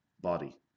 Body